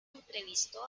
entrevistó